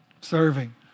Serving